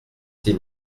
six